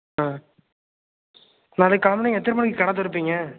ஆ நாளைக்கு காலையில் எத்தனை மணிக்கு கடை திறப்பீங்க